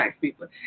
people